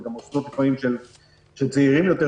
זה גם מוסדות של צעירים יותר,